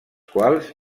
quals